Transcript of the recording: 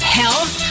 health